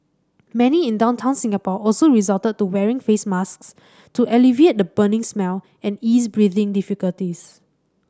many in downtown Singapore also resorted to wearing face masks to alleviate the burning smell and ease breathing difficulties